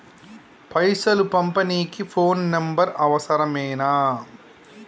పైసలు పంపనీకి phone number అవసరమేనా?